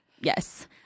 Yes